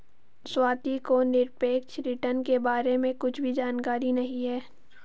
स्वाति को निरपेक्ष रिटर्न के बारे में कुछ भी जानकारी नहीं है